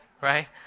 right